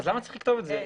למה צריך לכתוב את זה?